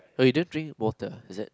oh you don't drink water is it